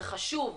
זה חשוב.